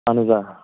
آہَن حظ آ